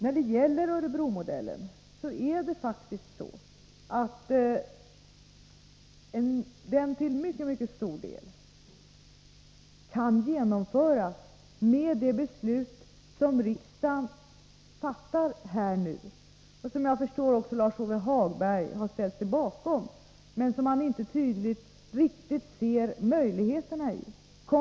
I fråga om Örebromodellen vill jag säga att den är något som till mycket stor del kommer att kunna genomföras med de förslag som riksdagen nu skall fatta beslut om. Såvitt jag förstår har också Lars-Ove Hagberg ställt sig bakom dem, men han ser inte riktigt vilka möjligheter som ligger i dem.